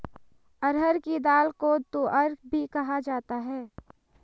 अरहर की दाल को तूअर भी कहा जाता है